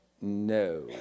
no